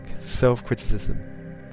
self-criticism